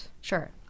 Sure